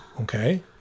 Okay